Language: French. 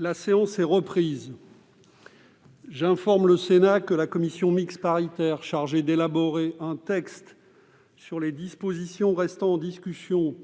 La séance est reprise. J'informe le Sénat que la commission mixte paritaire chargée d'élaborer un texte sur les dispositions restant en discussion